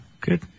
Good